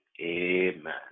amen